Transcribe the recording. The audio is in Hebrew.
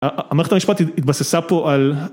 המערכת המשפטית התבססה פה על